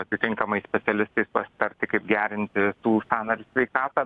atitinkamais specialistais pasitarti kaip gerinti tų sąnarių sveikatą